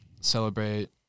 celebrate